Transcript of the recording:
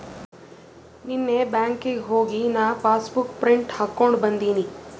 ನೀನ್ನೇ ಬ್ಯಾಂಕ್ಗ್ ಹೋಗಿ ನಾ ಪಾಸಬುಕ್ ಪ್ರಿಂಟ್ ಹಾಕೊಂಡಿ ಬಂದಿನಿ